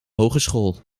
hogeschool